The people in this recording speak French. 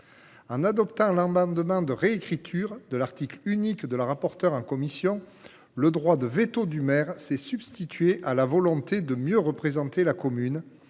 En adoptant l’amendement de réécriture de l’article unique de la rapporteure, la commission a substitué le droit de veto du maire à la volonté de mieux représenter la commune.